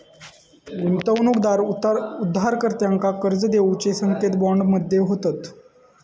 गुंतवणूकदार उधारकर्त्यांका कर्ज देऊचे संकेत बॉन्ड मध्ये होतत